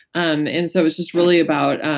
um and so it's just really about